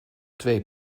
twee